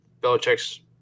Belichick's